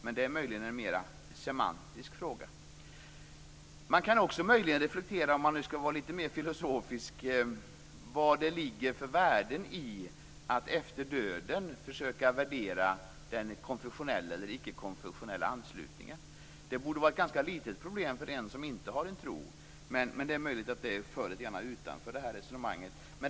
Men det är möjligen en mera semantisk fråga. Man kan möjligen också reflektera, om man nu skall vara lite mer filosofisk, vad det ligger för värden i att efter döden försöka värdera den konfessionella eller icke-konfessionella anslutningen. Det borde vara ett ganska litet problem för den som inte har en tro. Det är möjligt att det faller utanför det här resonemanget.